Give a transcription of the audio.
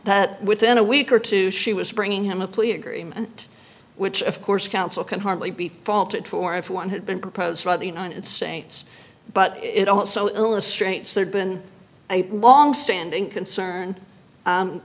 that within a week or two she was bringing him a plea agreement which of course counsel can hardly be faulted for if one had been proposed by the united states but it also illustrates there'd been a long standing concern